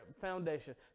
foundation